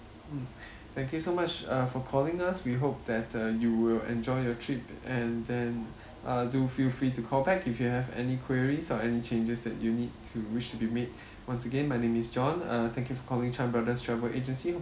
mm thank you so much uh for calling us we hope that uh you will enjoy your trip and then uh do feel free to call back if you have any queries or any changes that you need to wish to be made once again my name is john uh thank you for calling chan brothers travel agency